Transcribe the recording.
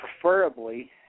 Preferably